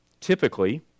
Typically